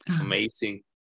amazing